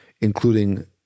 including